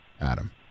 Adam